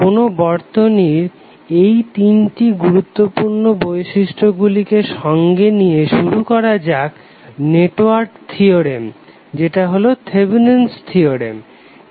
কোনো বর্তনীর এই তিনটি গুরুত্বপূর্ণ বৈশিষ্ট্য গুলিকে সঙ্গে নিয়ে শুরু করা যাক নেটওয়ার্ক থিওরেম যেটা হলো থেভেনিন'স থিওরেম Thevenin's theorem